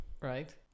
Right